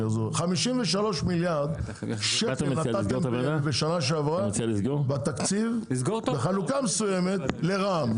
53 מיליארד שקל נתתם בשנה שעברה בתקציב בחלוקה מסוימת לרע"מ,